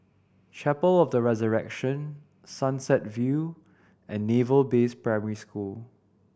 Chapel of the Resurrection Sunset View and Naval Base Primary School